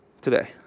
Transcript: today